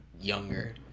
younger